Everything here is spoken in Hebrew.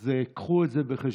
אז קחו את זה בחשבון.